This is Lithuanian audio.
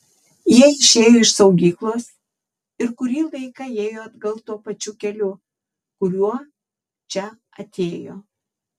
jie išėjo iš saugyklos ir kurį laiką ėjo atgal tuo pačiu keliu kuriuo čia atėjo